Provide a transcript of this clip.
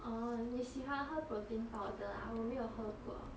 orh 你喜欢喝 protein powder ah 我没有喝过